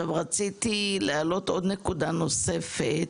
רציתי להעלות עוד נקודה נוספת